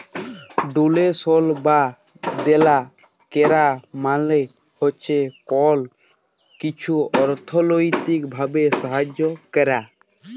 ডোলেশল বা দেলা ক্যরা মালে হছে কল কিছুর অথ্থলৈতিক ভাবে সাহায্য ক্যরা